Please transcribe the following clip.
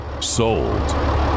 Sold